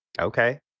Okay